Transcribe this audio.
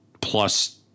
Plus